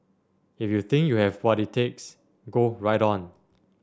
if you think you have what it takes go right on